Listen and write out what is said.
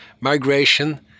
migration